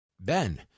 Ben